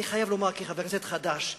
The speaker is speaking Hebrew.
אני חייב לומר כחבר כנסת חדש,